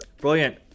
Brilliant